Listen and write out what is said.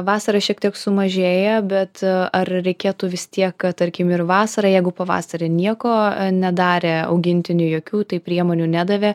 vasarą šiek tiek sumažėja bet ar reikėtų vis tiek tarkim ir vasarą jeigu pavasarį nieko nedarė augintiniui jokių priemonių nedavė